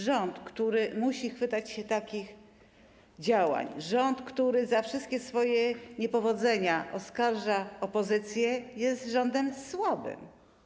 Rząd, który musi chwytać się takich działań, rząd, który za wszystkie swoje niepowodzenia oskarża opozycję, jest rządem słabym.